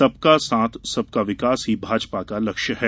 सबका साथ सबका विकास ही भाजपा का लक्ष्य है